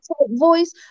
voice